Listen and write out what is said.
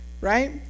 Right